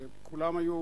שכולם היו